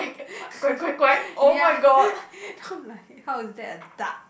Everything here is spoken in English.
ya then I'm like how is that a duck